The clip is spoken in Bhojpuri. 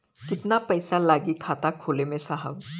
कितना पइसा लागि खाता खोले में साहब?